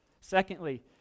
Secondly